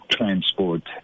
Transport